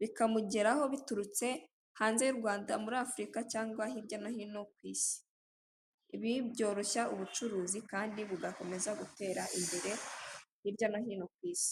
bikamugeraho biturutse hanze y'u Rwanda, muri Afurika cyangwa hirya no hino ku isi. Ibi byoroshya ubucuruzi kandi bugakomeza gutera imbere hirya no hino ku isi.